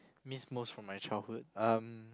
miss most from my childhood um